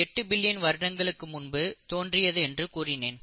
8 billion வருடங்களுக்கு முன்பு தோன்றியது என்று கூறினேன்